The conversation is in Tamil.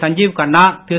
சஞ்சீவ் கன்னா திரு